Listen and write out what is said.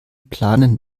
planen